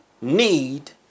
need